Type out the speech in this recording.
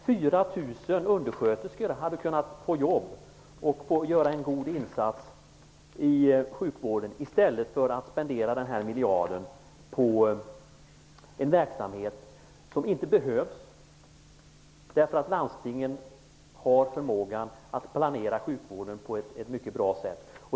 4 000 undersköterskor hade kunnat få jobb och kunnat göra en god insats i sjukvården i stället för att den här miljarden spenderades på en verksamhet som inte behövs, därför att landstingen har förmåga att planera sjukvården på ett mycket bra sätt.